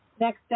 Next